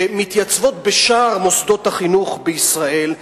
שמתייצבות בשערי מוסדות החינוך בישראל,